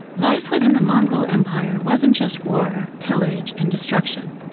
life within the mongol empire wasn't just war, pillage and destruction.